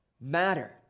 matter